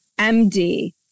MD